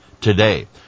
today